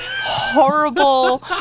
horrible